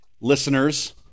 Listeners